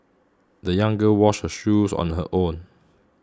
the young girl washed her shoes on her own